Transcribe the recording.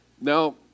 Now